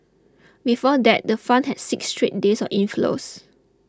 before that the fund had six straight days of inflows